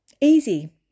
Easy